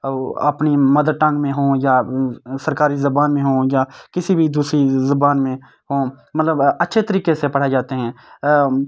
اپنی mother tongue میں ہوں یا سرکاری زبان میں ہوں یا کسی بھی دوسری زبان میں ہوں مطلب اچھے طریقے سے پڑھائے جاتے ہیں